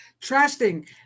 trusting